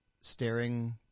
staring